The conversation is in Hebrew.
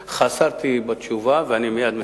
החסרתי בתשובה ואני מייד מסיים.